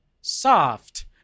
soft